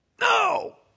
No